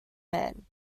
man